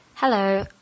Hello